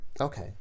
Okay